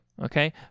okay